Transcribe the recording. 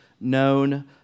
known